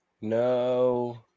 No